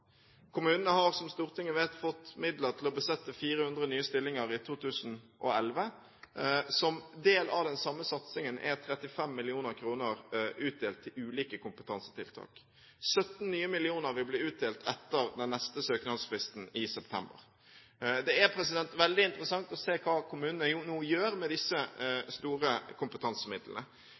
Kommunene har, som Stortinget vet, fått midler til å besette 400 nye stillinger i 2011. Som del av den samme satsingen er 35 mill. kr utdelt til ulike kompetansetiltak. 17 nye millioner vil bli utdelt etter den neste søknadsfristen i september. Det er veldig interessant å se hva kommunene nå gjør med disse store kompetansemidlene.